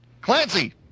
Clancy